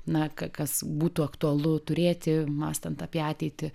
na ka kas būtų aktualu turėti mąstant apie ateitį